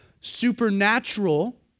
Supernatural